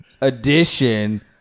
edition